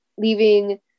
leaving